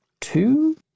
two